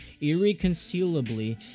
irreconcilably